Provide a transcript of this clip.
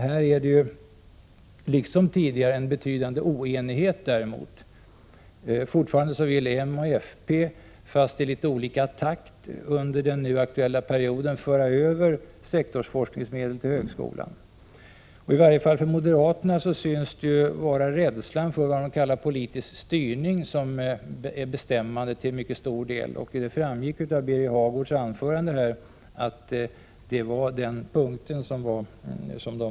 Här är det däremot, liksom tidigare, en betydande oenighet. Fortfarande vill m och fp, fast i litet olika takt, under den nu aktuella perioden föra över sektorsforskningsmedel till högskolan. I varje fall för moderaterna synes det vara rädslan för vad de kallar politisk styrning som är bestämmande till mycket stor del — det — Prot. 1986/87:131 framgick av Birger Hagårds anförande.